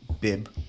bib